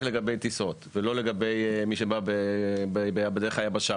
לגבי טיסות ולא לגבי מי שבא בדרך היבשה,